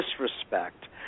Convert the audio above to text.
disrespect